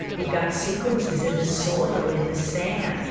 you've got sequences in the soil, in the sand.